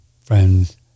friends